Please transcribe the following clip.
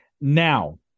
Now